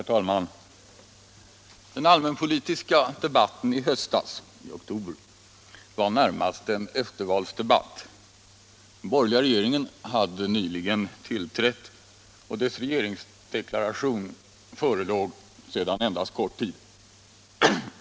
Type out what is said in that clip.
Herr talman! Den allmänpolitiska debatten i höstas, i oktober, var närmast en eftervalsdebatt. Den borgerliga regeringen hade nyligen tillträtt, och dess regeringsdeklaration förelåg sedan endast kort tid.